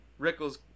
rickles